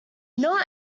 not